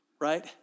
right